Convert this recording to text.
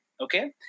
Okay